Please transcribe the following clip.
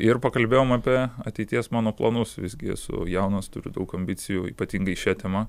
ir pakalbėjom apie ateities mano planus visgi esu jaunas turiu daug ambicijų ypatingai šia tema